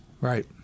Right